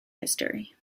history